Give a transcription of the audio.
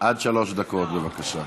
עד שלוש דקות, בבקשה.